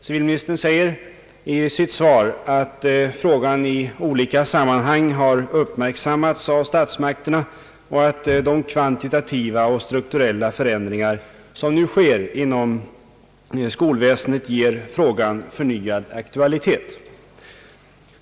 Civilministern säger i sitt svar att frågan i olika sammanhang har uppmärksammats av statsmakterna och att de kvantitativa och strukturella förändringar, som nu sker inom skolväsendet, ger frågan förnyad aktualitet.